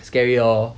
scary lor